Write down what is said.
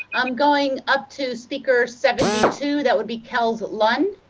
um going up to speaker seventy two, that would be kells lund.